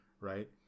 right